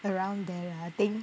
around there lah I think